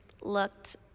looked